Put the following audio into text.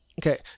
okay